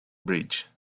bridge